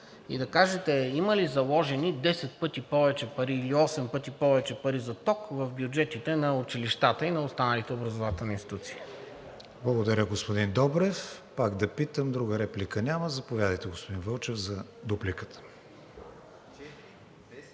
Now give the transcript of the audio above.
и да кажете има ли заложени десет пъти повече пари, или осем пъти повече пари за ток в бюджетите на училищата и на останалите образователни институции? ПРЕДСЕДАТЕЛ КРИСТИАН ВИГЕНИН: Благодаря, господин Добрев. Пак да питам? Друга реплика няма. Заповядайте, господин Вълчев, за дуплика.